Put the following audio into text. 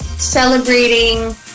celebrating